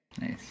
Nice